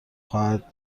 خواهد